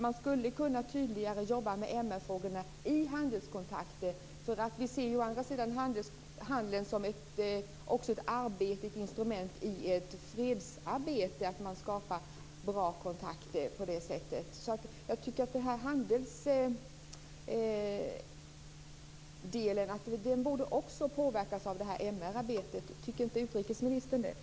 Man skulle kunna jobba tydligare med MR frågorna i handelskontakter. Å andra sidan ser vi ju också handeln som ett instrument i fredsarbetet. På det sättet skapar man bra kontakter. Jag tycker att handeln också borde påverkas av MR-arbetet. Tycker inte utrikesministern det?